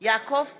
יעקב פרי,